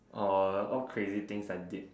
orh what crazy things I did